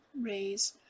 raise